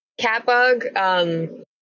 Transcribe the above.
Catbug